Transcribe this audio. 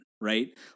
right